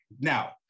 Now